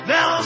Now